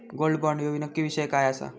Gold bond ह्यो नक्की विषय काय आसा?